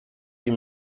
wie